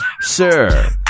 Sir